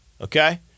okay